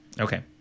Okay